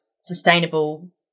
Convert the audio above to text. sustainable